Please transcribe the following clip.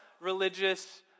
religious